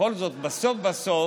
בכל זאת, בסוף בסוף,